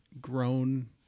grown